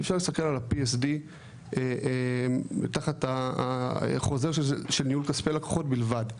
אי אפשר להסתכל על ה-PSD תחת החוזר של ניהול כספי לקוחות בלבד.